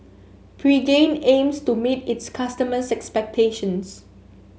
Pregain aims to meet its customers' expectations